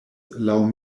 laŭ